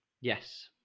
Yes